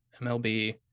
MLB